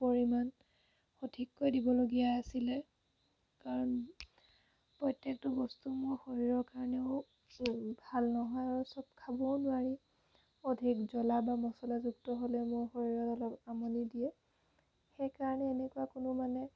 পৰিমাণ সঠিককৈ দিবলগীয়া আছিলে কাৰণ প্ৰত্যেকটো বস্তু মোৰ শৰীৰৰ কাৰণেও ভাল নহয় আৰু চব খাবও নোৱাৰি অধিক জলা বা মচলাযুক্ত হ'লে মোৰ শৰীৰত অলপ আমনি দিয়ে সেইকাৰণে এনেকুৱা কোনো মানে